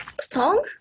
song